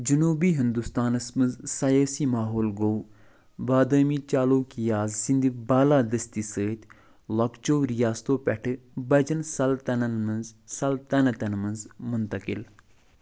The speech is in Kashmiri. جُنوٗبی ہِندُستانَس منٛز سیٲسی ماحول گوٚو بادٲمی چالوکیاز سٕنٛدِ بالادٔستی سۭتۍ لۄکچو رِیاستو پٮ۪ٹھٕ بجن سلطنَن منٛزسلطنتن منٛز منتقل